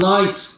Light